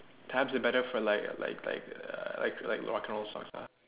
tabs is better for like like like like like rock and roll songs ah